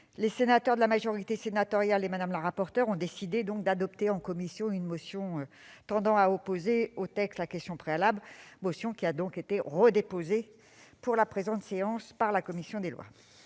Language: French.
les sénateurs de la majorité sénatoriale et Mme la rapporteure ont décidé d'adopter en commission une motion tendant à opposer au texte la question préalable, motion qui a été redéposée pour la présente séance par la commission des lois.